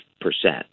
percent